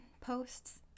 posts